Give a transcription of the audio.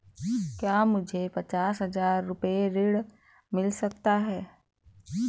क्या मुझे पचास हजार रूपए ऋण मिल सकता है?